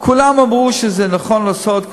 כולם אמרו שזה נכון לעשות,